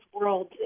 world